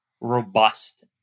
robust